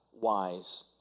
wise